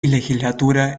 legislatura